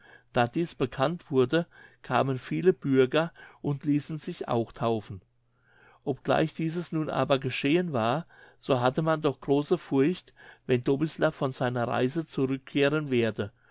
da dieß bekannt wurde kamen viele bürger und ließen sich auch taufen obgleich dieses nun aber geschehen war so hatte man doch große furcht wenn dobislav von seiner reise zurückkehren werde